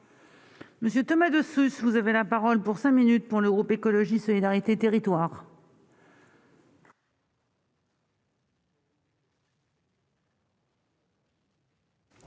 Monsieur Thomas de ce si vous avez la parole pour 5 minutes pour l'Europe Écologie Solidarité territoire.